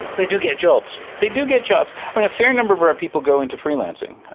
they do get jobs? they do get jobs. i mean, a fair number of our people go into freelancing.